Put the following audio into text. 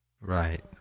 Right